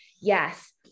yes